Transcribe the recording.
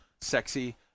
sexy